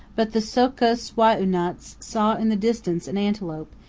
but the so'kus wai'unats saw in the distance an antelope,